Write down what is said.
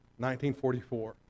1944